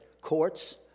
courts